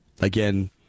again